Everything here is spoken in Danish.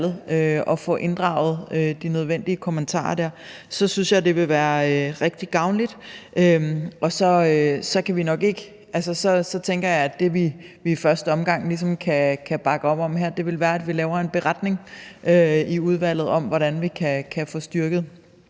og få inddraget de nødvendige kommentarer dér, så synes jeg, det ville være rigtig gavnligt. Og så tænker jeg, at det, vi i første omgang ligesom kan bakke op om her, vil være, at vi laver en beretning i udvalget om, hvordan vi kan få styrket